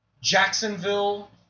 Jacksonville